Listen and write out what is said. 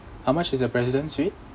how much is the president suite